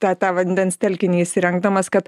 tą tą vandens telkinį įrengdamas kad